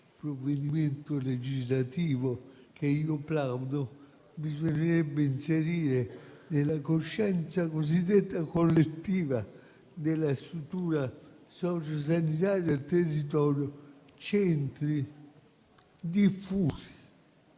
provvedimento legislativo, al quale plaudo, bisognerebbe inserire, nella coscienza cosiddetta collettiva della struttura sociosanitaria del territorio, centri diffusi,